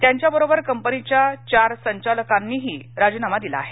त्यांच्याबरोबर कंपनीच्या चार संचालकांनीही राजीनामा दिला आहे